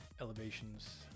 elevations